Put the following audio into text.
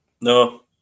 No